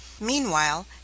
Meanwhile